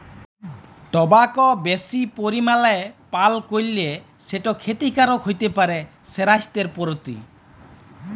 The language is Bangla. টবাক বেশি পরিমালে পাল করলে সেট খ্যতিকারক হ্যতে পারে স্বাইসথের পরতি